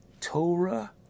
Torah